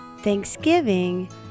Thanksgiving